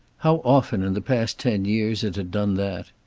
how often in the past ten years it had done that!